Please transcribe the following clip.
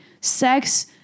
sex